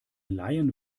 laien